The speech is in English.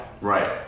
Right